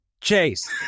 Chase